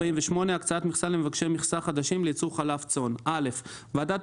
הקצאת מכסה למבקשי מכסה חדשים לייצור חלב צאן 48. ועדת